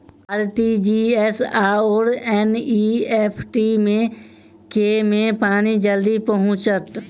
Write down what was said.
RTGS आओर NEFT मे केँ मे पानि जल्दी पहुँचत